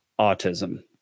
autism